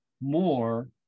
more